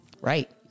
Right